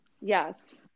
Yes